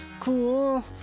Cool